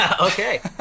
Okay